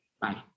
Bye